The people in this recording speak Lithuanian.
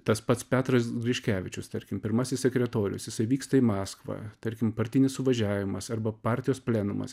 tas pats petras griškevičius tarkim pirmasis sekretorius jisai vyksta į maskvą tarkim partinis suvažiavimas arba partijos plenumas